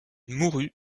mourut